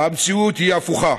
המציאות היא הפוכה.